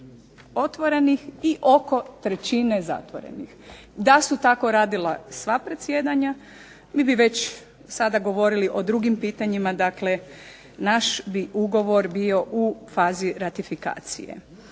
otvorenih i oko trećine zatvorenih. Da su tako radila sva predsjedanja mi bi već sada govorili o drugim pitanjima, dakle naš bi ugovor bio u fazi ratifikacije.